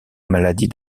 maladie